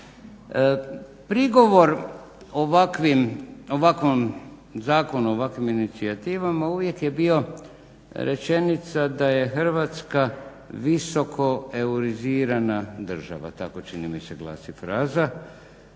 Prigovor ovakvom zakonu, ovakvim inicijativama uvijek je bio rečenica da je Hrvatska visoko eurizirana država, tako čini mi se glasi fraza.